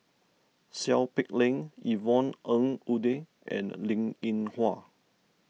Seow Peck Leng Yvonne Ng Uhde and Linn in Hua